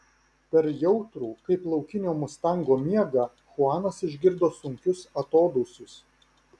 per jautrų kaip laukinio mustango miegą chuanas išgirdo sunkius atodūsius